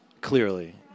clearly